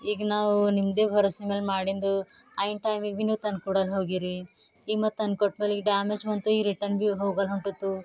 ಈಗ ನಾವು ನಿಮ್ಮದೇ ಭರೋಸೆ ಮೇಲೆ ಮಾಡಿಂದು ಐನ್ ಟೈಮಿಗೆ ಭೀ ನೀವು ತಂದ್ಕೊಡಲ್ಲ ಹೋಗಿರಿ ಈ ಮತ್ತೆ ತಂದ್ಕೊಟ್ಮೇಲೆ ಈ ಡ್ಯಾಮೇಜ್ ಬಂತು ಈ ರಿಟನ್ ಭೀ ಹೋಗಲ್ಲ ಹೊಂಟಿತು